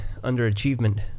underachievement